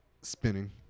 spinning